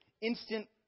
instant